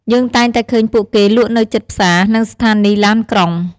យើងតែងតែឃើញពួកគេលក់នៅជិតផ្សារ និងស្ថានីយ៍ឡានក្រុង។